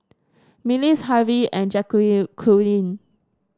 Mills Harvie and